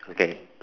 okay